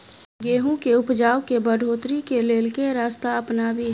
गेंहूँ केँ उपजाउ केँ बढ़ोतरी केँ लेल केँ रास्ता अपनाबी?